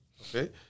okay